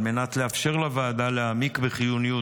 על מנת לאפשר לוועדה להעמיק בחיוניות